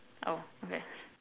oh okay